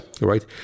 right